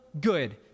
good